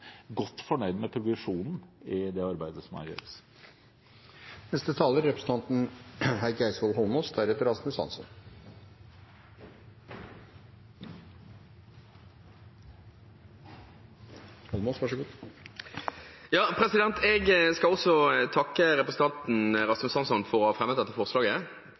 godt fornøyd med progresjonen i det arbeidet som her gjøres. Jeg vil også takke representanten Rasmus Hansson for å ha fremmet dette forslaget,